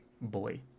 boy